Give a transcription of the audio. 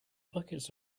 buckets